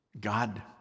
God